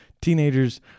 Teenagers